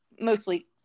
mostly